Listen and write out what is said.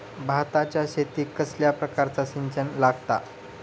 भाताच्या शेतीक कसल्या प्रकारचा सिंचन लागता?